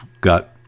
got